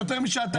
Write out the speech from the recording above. כמו שאני הגנתי.